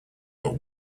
but